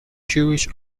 jewish